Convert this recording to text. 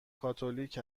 کاتولیک